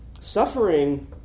Suffering